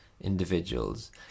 individuals